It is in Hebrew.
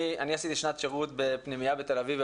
אני עשיתי שנת שירות בפנימייה בתל אביב,